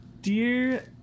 Dear